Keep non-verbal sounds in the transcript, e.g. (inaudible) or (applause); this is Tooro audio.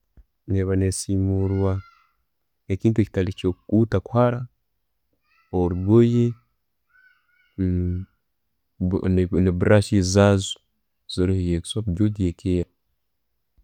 Ne'ba nesimurwa ekintu ekitali kyo'kukuta kuhara nka orugoye (hesitation) ne'brushes zaazo, e'kusobora kugyogya ekeera.